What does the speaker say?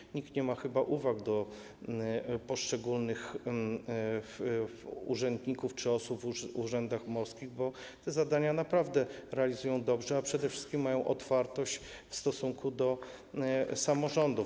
I nikt nie ma chyba uwag do poszczególnych urzędników czy osób w urzędach morskich, bo te zadania naprawdę realizują dobrze, a przede wszystkim mają otwartość w stosunku do samorządów.